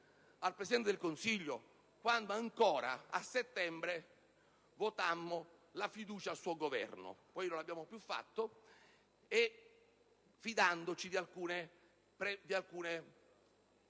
al Presidente del Consiglio quando ancora, a settembre, votammo la fiducia al suo Governo (poi non l'abbiamo più fatto), fidandoci di alcune